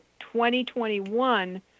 2021